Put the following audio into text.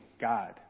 God